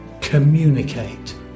communicate